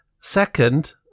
Second